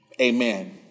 Amen